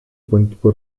puerto